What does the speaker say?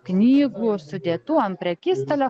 knygų sudėtų ant prekystalio